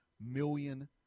million